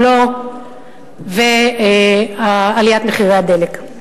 הבלו ועליית מחירי הדלק.